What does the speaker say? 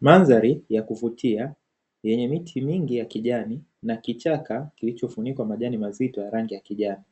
Mandhari ya kuvutia yenye miti mingi ya kijani na kichaka kilichofunikwa majani mazito ya rangi ya kijani,